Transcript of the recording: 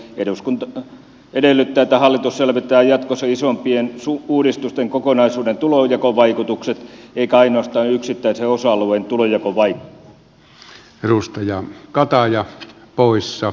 eduskunta edellyttää että hallitus selvittää jatkossa isompien uudistusten kokonaisuuden tulonjakovaikutukset eikä ainoastaan yksittäisen osa alueen tulonjakovaikutuksia